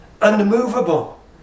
Unmovable